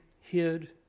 hid